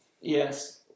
Yes